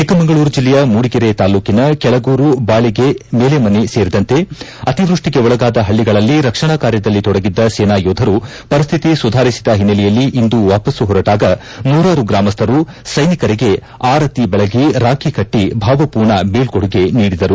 ಚಿಕ್ಕಮಗಳೂರು ಜಿಲ್ಲೆಯ ಮೂಡಿಗೆರೆ ತಾಲ್ಡೂಟಿನ ಕೆಳಗೂರು ಬಾಳಿಗೆ ಮೇಲೆಮನೆ ಸೇರಿದಂತೆ ಅತಿವೃಷ್ಟಿಗೆ ಒಳಗಾದ ಪಳ್ಳಗಳಲ್ಲಿ ರಕ್ಷಣಾ ಕಾರ್ಯದಲ್ಲಿ ತೊಡಗಿದ್ದ ಸೇನಾ ಯೋಧರು ಪರಿಸ್ತಿತಿ ಸುಧಾರಿಸಿದ ಹಿನ್ನೆಲೆಯಲ್ಲಿ ಇಂದು ವಾಪಸ್ತು ಹೊರಟಾಗ ನೂರಾರು ಗ್ರಾಮಸ್ಥರು ಸ್ಟೆನಿಕರಿಗೆ ಆರತಿ ಬೆಳಗಿ ರಾಖಿ ಕಟ್ಟಿ ಭಾವರ್ಪೂರ್ಣ ಬೀಳ್ಕೊಡುಗೆ ನೀಡಿದರು